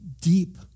deep